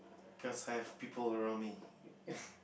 cause I have people around me